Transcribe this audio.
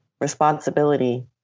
Responsibility